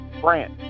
France